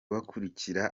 bakurikira